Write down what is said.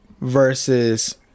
Versus